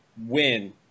win